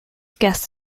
guest